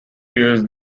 years